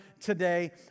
today